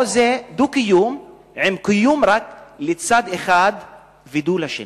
או שזה דו-קיום עם קיום רק לצד אחד ו"דו" לשני.